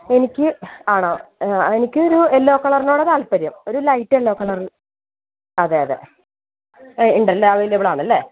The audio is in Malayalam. എനിക്ക് ആണോ എനിക്കൊരു യെല്ലോ കളറിനോടാ താല്പര്യം ഒരു ലൈറ്റ് യെല്ലോ കളർ അതെ അതെ ഉണ്ടല്ലേ അവൈലബിൾ ആണല്ലേ